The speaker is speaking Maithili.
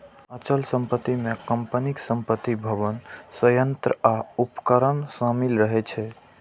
अचल संपत्ति मे कंपनीक संपत्ति, भवन, संयंत्र आ उपकरण शामिल रहै छै